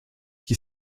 qui